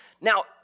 Now